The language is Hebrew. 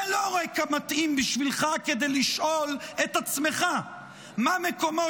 זה לא רקע מתאים בשבילך כדי לשאול את עצמך מה מקומו